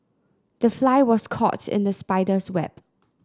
the fly was caught in the spider's web